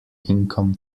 income